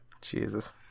Jesus